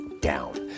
down